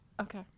Okay